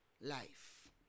life